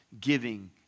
giving